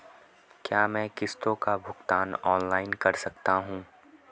क्या मैं किश्तों का भुगतान ऑनलाइन कर सकता हूँ?